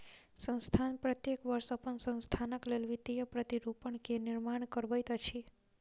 संस्थान प्रत्येक वर्ष अपन संस्थानक लेल वित्तीय प्रतिरूपण के निर्माण करबैत अछि